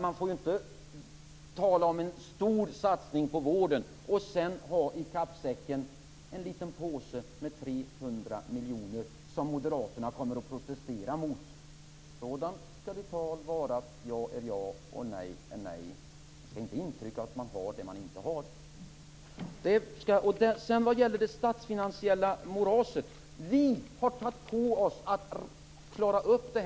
Man får inte tala om en stor satsning på vården och sedan bara ha en liten påse i kappsäcken med 300 miljoner som moderaterna kommer att protestera emot. Sådant skall ditt tal vara att ja är ja och nej är nej. Man skall inte ge intryck av att ha det man inte har. Sedan handlade det om det statsfinansiella moraset. Vi har tagit på oss att klara upp det.